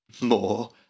more